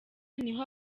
niho